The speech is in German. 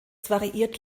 variiert